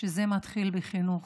שזה מתחיל בחינוך.